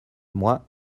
moi